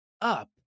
up